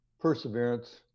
Perseverance